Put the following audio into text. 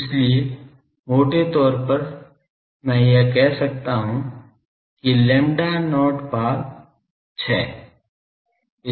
इसलिए मोटे तौर पर मैं यह कह सकता हूं कि lambda not भाग 6